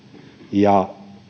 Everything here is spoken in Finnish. ja